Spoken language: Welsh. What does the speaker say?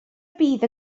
bydd